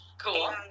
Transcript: Cool